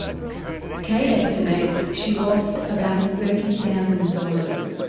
kate estimates she lost about thirty thousand dollars.